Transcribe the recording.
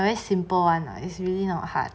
very simple [one] lah it's really not hard